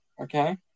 okay